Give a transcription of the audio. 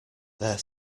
their